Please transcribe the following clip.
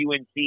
UNC